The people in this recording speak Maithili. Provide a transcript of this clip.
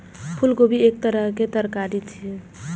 फूलगोभी एक तरहक तरकारी छियै